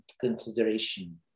consideration